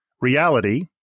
reality